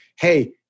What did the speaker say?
Hey